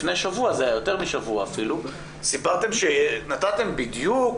לפני שבוע או יותר משבוע אפילו נתתם בדיוק